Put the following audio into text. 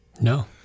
No